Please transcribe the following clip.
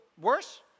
worse